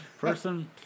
Person